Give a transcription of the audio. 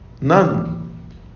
None